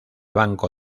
banco